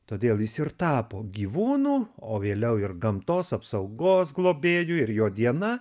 todėl jis ir tapo gyvūnu o vėliau ir gamtos apsaugos globėju ir jo diena